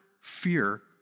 fear